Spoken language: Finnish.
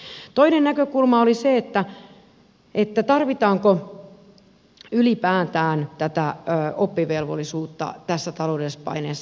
toinen näkökulma oli se tarvitaanko ylipäätään tätä oppivelvollisuutta tässä taloudellisessa paineessa